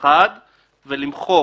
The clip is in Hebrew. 1 ולמחוק